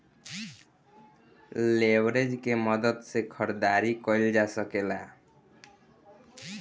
leverage के मदद से खरीदारी कईल जा सकेला